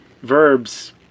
verbs